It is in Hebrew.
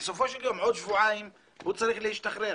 בסופו של יום, עוד שבועיים הוא צריך להשתחרר.